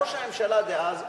ראש הממשלה דאז,